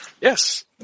Yes